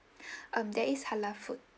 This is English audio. um there is halal food